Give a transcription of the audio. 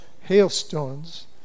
hailstones